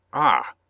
ah!